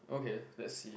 okay let see